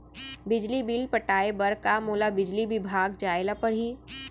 बिजली बिल पटाय बर का मोला बिजली विभाग जाय ल परही?